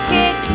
kick